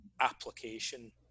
application